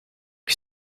que